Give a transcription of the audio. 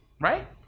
right